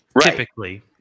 typically –